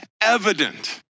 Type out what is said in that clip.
evident